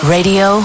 Radio